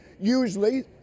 usually